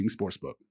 Sportsbook